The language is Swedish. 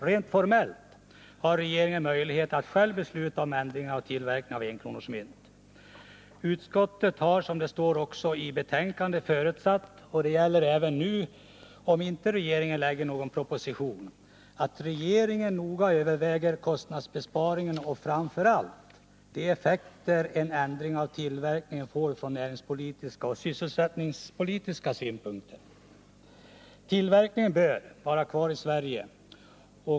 Rent formellt har regeringen möjlighet att själv besluta om ändringen av tillverkningen av enkronemyntet. I utskottsbetänkandet heter det att utskottet förutsätter — och det gäller även om regeringen nu inte lägger fram någon proposition — ”att det aviserade regeringsförslaget innehåller en noggrann beräkning av kostnadsbesparingen liksom en bedömning av de effekter som ändrad tillverkning från näringspolitiska och sysselsättningspolitiska synpunkter”. Tillverkningen bör vara kvar i Sverige.